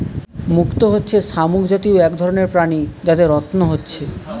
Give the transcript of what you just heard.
মুক্ত হচ্ছে শামুক জাতীয় এক রকমের প্রাণী যাতে রত্ন হচ্ছে